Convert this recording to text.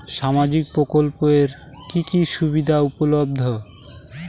সামাজিক প্রকল্প এর কি কি সুবিধা উপলব্ধ?